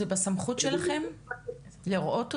זה בסמכות שלכם לראות אותו,